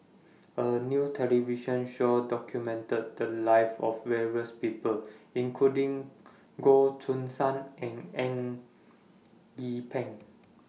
A New television Show documented The Lives of various People including Goh Choo San and Eng Yee Peng